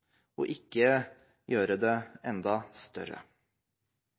ikke gjøre det enda større.